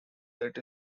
that